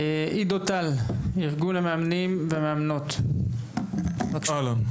עידו טל, איגוד המאמנים והמאמנות, בבקשה.